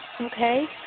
Okay